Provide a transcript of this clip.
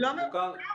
מספיק.